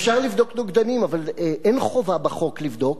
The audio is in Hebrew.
אפשר לבדוק נוגדנים, אבל אין חובה בחוק לבדוק.